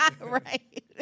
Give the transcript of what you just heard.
Right